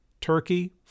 Turkey